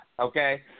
Okay